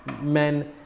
men